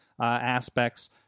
aspects